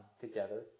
together